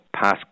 pass